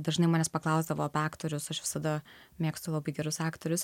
dažnai manęs paklausdavo apie aktorius aš visada mėgstu gerus aktorius